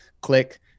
click